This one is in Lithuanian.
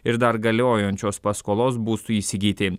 ir dar galiojančios paskolos būstui įsigyti